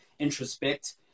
introspect